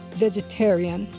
vegetarian